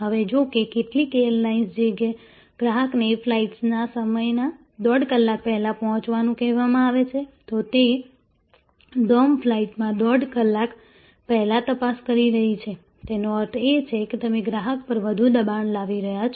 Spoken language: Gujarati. હવે જો કે કેટલીક એરલાઇન્સ જે ગ્રાહકને ફ્લાઇટના સમયના દોઢ કલાક પહેલા પહોંચવાનું કહેવામાં આવે છે તો તે ડોમ ફ્લાઇટમાં દોઢ કલાક પહેલા તપાસ થઈ રહી છે તેનો અર્થ એ છે કે તમે ગ્રાહક પર વધુ દબાણ લાવી રહ્યા છો